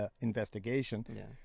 investigation